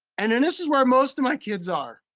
and then this is where most of my kids are.